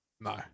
No